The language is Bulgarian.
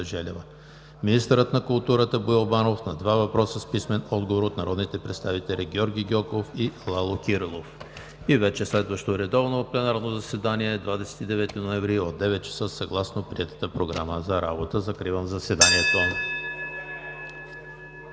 Желева; - министърът на културата Боил Банов на два въпроса с писмен отговор от народните представители Георги Гьоков и Лало Кирилов. Следващо редовно пленарно заседание на 29 ноември 2019 г. от 9,00 ч. съгласно приетата Програма за работа. Закривам заседанието.